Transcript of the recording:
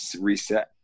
reset